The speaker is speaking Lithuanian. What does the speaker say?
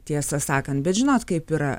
tiesą sakant bet žinot kaip yra